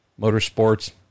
Motorsports